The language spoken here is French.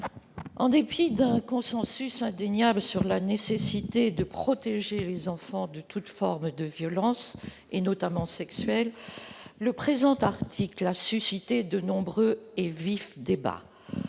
En dépit d'un consensus indéniable sur la nécessité de protéger les enfants de toute forme de violence, notamment sexuelle, le présent article a suscité de nombreux et vifs débats.